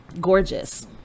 gorgeous